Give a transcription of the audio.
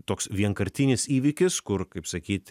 toks vienkartinis įvykis kur kaip sakyt